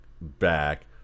back